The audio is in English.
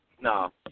No